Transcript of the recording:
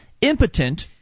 impotent